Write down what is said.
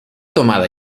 tomada